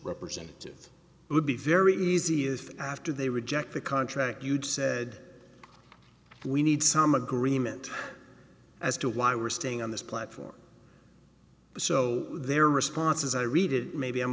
representative would be very easy if after they reject the contract you'd said we need some agreement as to why we're staying on this platform so their response as i read it maybe i'm